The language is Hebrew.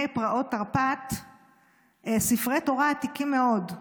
פרעות תרפ"ט ספרי תורה עתיקים מאוד,